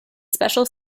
special